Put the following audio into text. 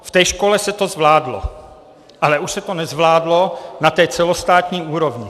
V té škole se to zvládlo, ale už se to nezvládlo na té celostátní úrovni.